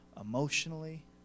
emotionally